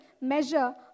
measure